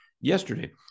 yesterday